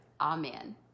Amen